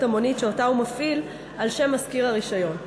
המונית שהוא מפעיל על שם משכיר הרישיון.